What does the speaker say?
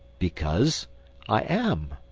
because i am.